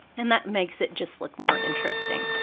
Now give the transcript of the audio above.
and that makes it just look more interesting.